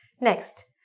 Next